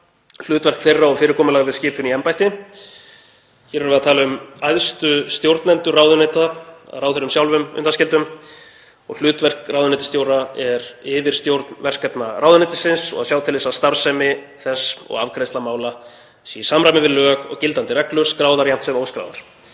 hlutverk þeirra og fyrirkomulag við skipun í embætti. Hér erum við að tala um æðstu stjórnendur ráðuneyta að ráðherra undanskildum. Hlutverk ráðuneytisstjóra er yfirstjórn verkefna ráðuneytis og að sjá til þess að starfsemi þess og afgreiðsla mála sé í samræmi við lög og gildandi reglur, skráðar jafnt sem óskráðar.